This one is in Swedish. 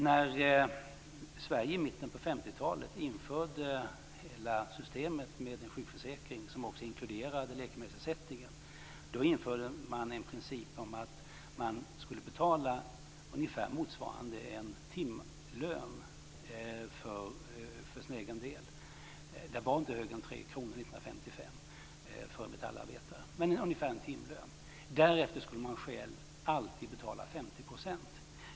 När Sverige i mitten på 50-talet införde hela systemet med en sjukförsäkring som också inkluderade läkemedelsersättning, införde man en princip om att man skulle betala ungefär motsvarande en timlön för sin egen del. Den var inte högre än 3 kr 1955 för en metallarbetare. Därefter skulle man själv alltid betala 50 %.